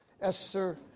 Esther